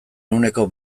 ehuneko